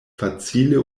facile